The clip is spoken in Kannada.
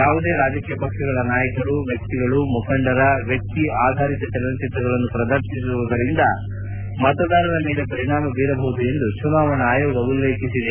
ಯಾವುದೇ ರಾಜಕೀಯ ಪಕ್ಷಗಳ ನಾಯಕರು ವ್ವಕ್ತಿಗಳುಮುಖಂಡರ ವ್ವಕ್ತಿ ಆಧಾರಿತ ಚಲನಚಿತ್ರಗಳನ್ನು ಪ್ರದರ್ಶಿಸುವುದರಿಂದ ಮತದಾರರ ಮೇಲೆ ಪರಿಣಾಮ ಬೀರಬಹುದು ಎಂದು ಚುನಾವಣಾ ಆಯೋಗ ಉಲ್ಲೇಖಿಸಿದೆ